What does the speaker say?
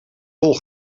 tol